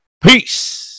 peace